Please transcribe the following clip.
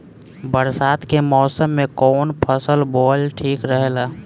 बरसात के मौसम में कउन फसल बोअल ठिक रहेला?